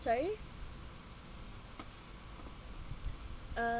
sorry uh